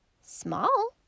Small